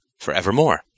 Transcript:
forevermore